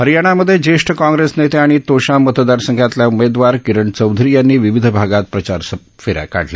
हरियाणामध्ये ज्येष्ठ काँग्रेस नेते आणि तोशाम मतदार संघातले उमेदवार किरण चौधरी यांनी विविध भागात प्रचार फेऱ्या काढल्या